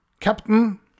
Captain